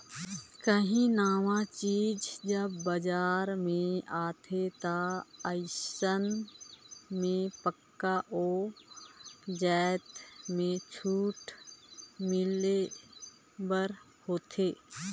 काहीं नावा चीज जब बजार में आथे ता अइसन में पक्का ओ जाएत में छूट मिले बर होथे